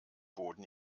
boden